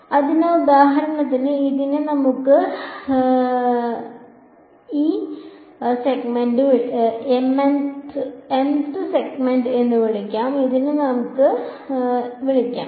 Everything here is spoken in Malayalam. അതിനാൽ ഉദാഹരണത്തിന് ഇതിനെ നമുക്ക് ഈ mth സെഗ്മെന്റിനെ വിളിക്കാം നമുക്ക് ഇതിനെ വിളിക്കാം